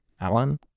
Alan